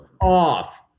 off